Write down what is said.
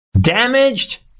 Damaged